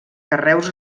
carreus